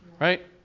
Right